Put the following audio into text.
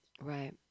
right